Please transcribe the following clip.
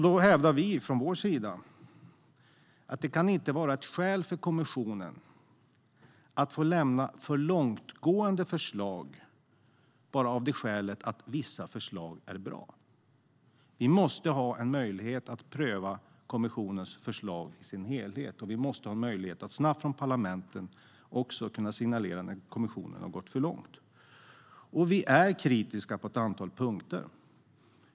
Då hävdar vi att det inte kan vara ett skäl för kommissionen att lämna för långtgående förslag bara för att vissa förslag är bra. Vi måste ha en möjlighet att pröva kommissionens förslag i dess helhet. Parlamenten måste också kunna signalera när kommissionen har gått för långt. Vi är kritiska på ett antal punkter.